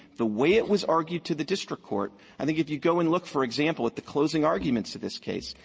the way it was argued to the district court. i think if you go and look, for example, at the closing arguments of this case,